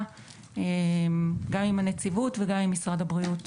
גם עם הנציבות וגם עם משרד הבריאות.